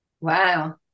Wow